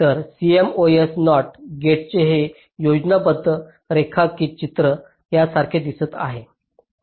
तर CMOS NOT गेटचे हे योजनाबद्ध रेखाचित्र यासारखे दिसेल